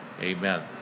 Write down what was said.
amen